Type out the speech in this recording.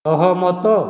ସହମତ